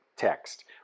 text